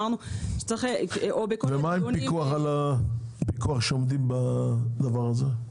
מה לגבי פיקוח על כך שעומדים בדבר הזה?